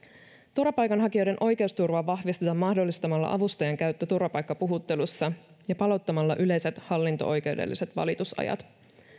turvapaikanhakijoiden oikeusturvaa vahvistetaan mahdollistamalla avustajan käyttö turvapaikkapuhuttelussa ja palauttamalla yleiset hallinto oikeudelliset valitusajat